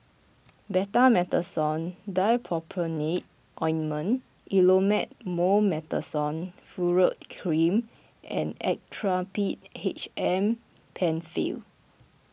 Betamethasone Dipropionate Ointment Elomet Mometasone Furoate Cream and Actrapid H M Penfill